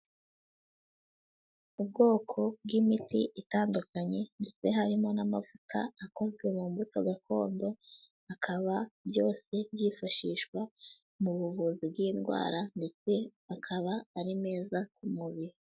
Ubwoko bw'imiti itandukanye ndetse harimo n'amavuta akozwe mu mbuto gakondo, akaba byose byifashishwa mu buvuzi bw'indwara ndetse akaba ari meza ku mubiri.